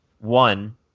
one